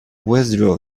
withdraw